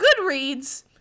goodreads